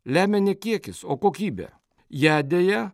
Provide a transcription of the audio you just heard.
lemia ne kiekis o kokybė ją deja